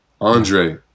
Andre